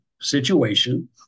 situation